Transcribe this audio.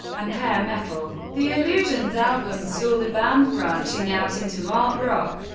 and hair metal. the illusions albums saw the band branching out into art rock,